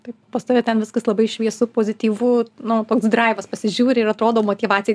pas tave ten viskas labai šviesu pozityvu nu toks draivas pasižiūri ir atrodo motyvacija